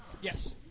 Yes